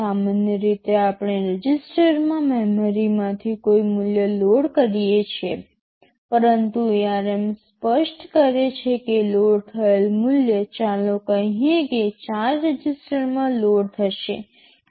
સામાન્ય રીતે આપણે રજિસ્ટરમાં મેમરીમાંથી કોઈ મૂલ્ય લોડ કરીએ છીએ પરંતુ ARM સ્પષ્ટ કરે છે કે લોડ થયેલ મૂલ્ય ચાલો કહીએ કે 4 રજિસ્ટરમાં લોડ થશે